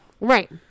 right